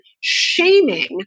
shaming